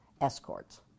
escorts